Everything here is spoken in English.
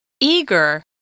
Eager